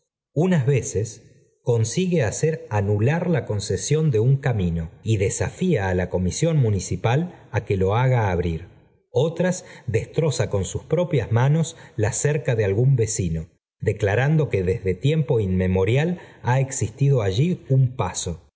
unas veces consigue hacer anular la concesión de un camino y desafía á la comisión municipal á que lo haga abrir otras destroza con sus propias manos la cerca de algún vecino declarando que desde tiempo inmemorial ha existido allí un paso